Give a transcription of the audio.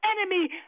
enemy